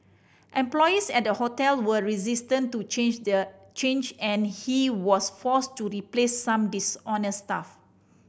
employees at the hotel were resistant to change their change and he was forced to replace some dishonest staff